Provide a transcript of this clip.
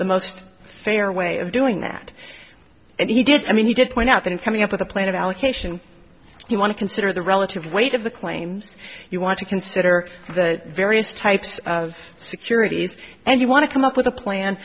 the most fair way of doing that and he did i mean he did point out that in coming up with a plan of allocation you want to consider the relative weight of the claims you want to consider the various types of securities and you want to come up with a plan